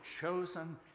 chosen